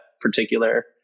particular